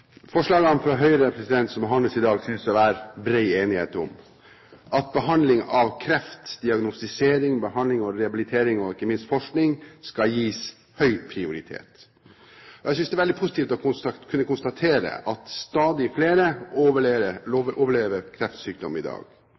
Forslagene fra Høyre som behandles i dag, synes det å være brei enighet om – at behandling av kreft, diagnostisering, behandling, rehabilitering og ikke minst forskning skal gis høy prioritet. Jeg synes det er veldig positivt å kunne konstatere at stadig flere overlever kreftsykdom i dag